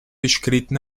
escrito